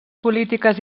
polítiques